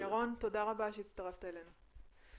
ירון, תודה רבה שהצטרפת אלינו.